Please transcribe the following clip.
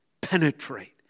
penetrate